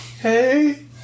hey